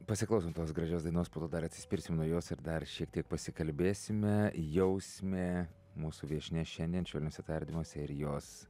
pasiklausom tos gražios dainos dar atsispirsim nuo jos ir dar šiek tiek pasikalbėsime jausme mūsų viešnia šiandien švelniuose tardymuose ir jos